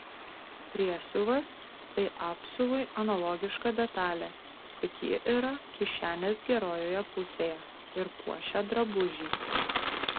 priesiuvas tai apsiuvui analogiška detalė tik ji yra kišenės gerojoje pusėje ir puošia drabužį